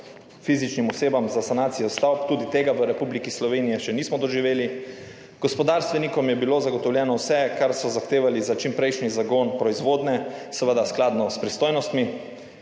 fizičnim osebam za sanacijo stavb. Tudi tega v Republiki Sloveniji še nismo doživeli. Gospodarstvenikom je bilo zagotovljeno vse, kar so zahtevali za čimprejšnji zagon proizvodnje, seveda, skladno s pristojnostmi.